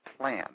plan